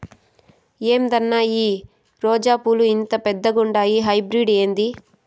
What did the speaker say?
ఏందన్నా ఈ రోజా పూలు ఇంత పెద్దగుండాయి హైబ్రిడ్ ఏంది